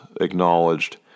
acknowledged